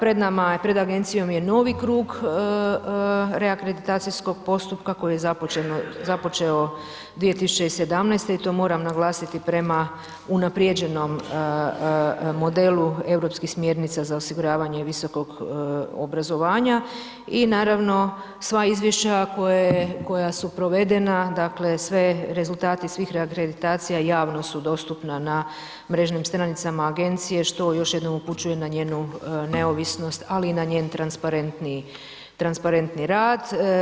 Pred nama je, pred agencijom je novi krug reakreditacijskog postupka koji je započeo 2017. i to moram naglasiti prema unaprijeđenom modelu europskih smjernica za osiguravanje visokog obrazovanja i naravno sva izvješća koja su provedena, dakle rezultati svih reakreditacija javno su dostupna na mrežnim stranicama agencije što još jednom upućuje na njenu neovisnost, ali i na njen transparentniji, transparentniji rad.